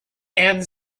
and